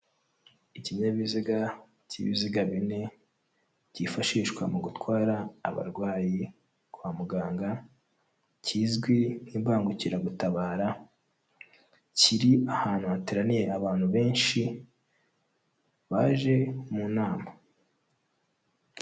Ikinyabiziga cy'ibiziga bine, kifashishwa mu gutwara abarwayi kwa muganga, kizwi nk'imbangukiragutabara, kiri ahantu hateraniye abantu benshi baje mu nama.